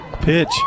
pitch